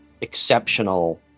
exceptional